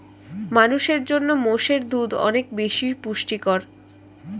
মানুষের জন্য মোষের দুধ অনেক বেশি পুষ্টিকর